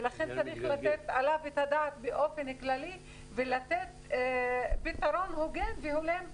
ולכן צריך לתת את הדעת באופן כללי ולתת פתרון הוגן והולם לכולם.